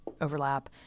overlap